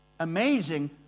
amazing